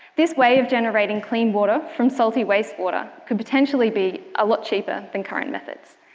this way of generating clean water from salty wastewater could potentially be a lot cheaper than current methods.